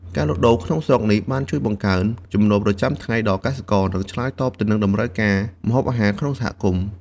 ការលក់ដូរក្នុងស្រុកនេះជួយបង្កើតចំណូលប្រចាំថ្ងៃដល់កសិករ និងឆ្លើយតបទៅនឹងតម្រូវការម្ហូបអាហារក្នុងសហគមន៍។